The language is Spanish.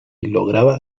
lograba